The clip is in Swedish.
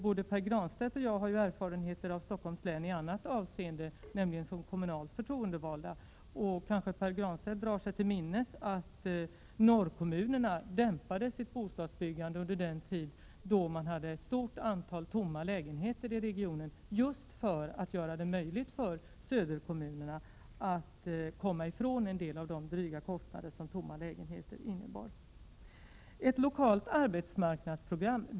Både Pär Granstedt och jag har ju erfarenheter av Stockholms län i ett annat avseende, nämligen som kommunalt förtroendevalda. Kanske Pär Granstedt drar sig till minnes att norrkommunerna dämpade sitt bostadsbyggande då man hade ett stort antal tomma lägenheter i regionen just för att göra det möjligt för söderkommunerna att komma ifrån en del av de dryga kostnader som tomma lägenheter innebar.